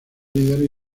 líderes